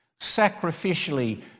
Sacrificially